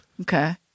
Okay